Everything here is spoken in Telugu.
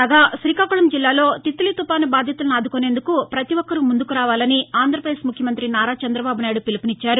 కాగా శ్రీకాకుళం జిల్లాలో తిత్లీ తుఫాను బాధితులను ఆదుకోవడానికి పతి ఒక్కరూ ముందుకు రావాలని ఆంధ్రప్రదేశ్ ముఖ్యమంత్రి నారా చంద్రబాబు నాయుడు పిలుపునిచ్చారు